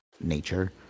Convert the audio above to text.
nature